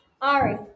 Ari